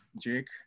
Jake